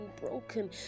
broken